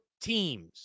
teams